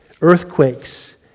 earthquakes